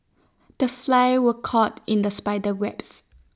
the fly was caught in the spider webs